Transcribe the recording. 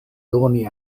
doni